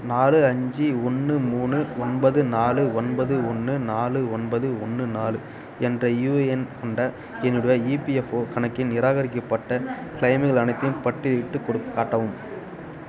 நாலு அஞ்சு ஒன்று மூணு ஒன்பது நாலு ஒன்பது ஒன்று நாலு ஒன்பது ஒன்று நாலு என்ற யூஏஎன் கொண்ட என்னுடைய இபிஎஃப்ஓ கணக்கின் நிராகரிக்கப்பட்ட கிளெய்ம்கள் அனைத்தையும் பட்டியலிட்டுக் குடு காட்டவும்